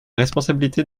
responsabilité